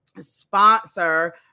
sponsor